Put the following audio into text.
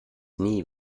nie